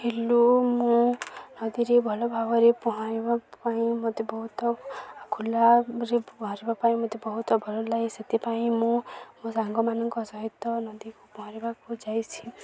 hello ମୁଁ ନଦୀରେ ଭଲ ଭାବରେ ପହଁରିବା ପାଇଁ ମୋତେ ବହୁତ ଖୋଲାରେ ପହଁରିବା ପାଇଁ ମୋତେ ବହୁତ ଭଲ ଲାଗେ ସେଥିପାଇଁ ମୁଁ ମୋ ସାଙ୍ଗମାନଙ୍କ ସହିତ ନଦୀକୁ ପହଁରିବାକୁ ଯାଇଛି